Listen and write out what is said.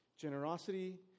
Generosity